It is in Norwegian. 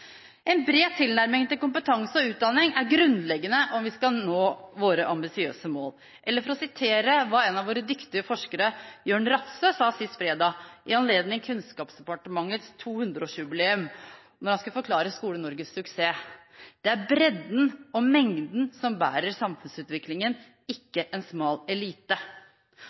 En bred tilnærming til kompetanse og utdanning er grunnleggende om vi skal nå våre ambisiøse mål. Eller for å sitere hva en av våre dyktige forskere, Jørn Rattsø sa sist fredag i anledning Kunnskapsdepartementets 200-årsjubileum, da han skulle forklare Skole-Norges suksess: «Det er bredden og mengden som bærer samfunnsutviklingen, ikke en smal elite.»